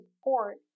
support